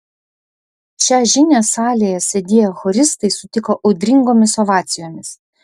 šią žinią salėje sėdėję choristai sutiko audringomis ovacijomis